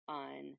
on